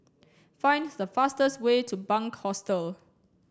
find the fastest way to Bunc Hostel